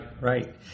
Right